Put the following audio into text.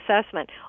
assessment